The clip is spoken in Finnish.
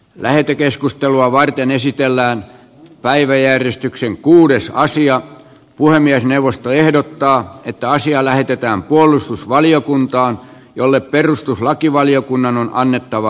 lähetekeskustelua varten esitellään päiväjärjestykseen kuudes sija puhemiesneuvosto ehdottaa että asia lähetetään puolustusvaliokuntaan vaan toimenpiteitä vaadittiin nyt